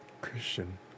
Christian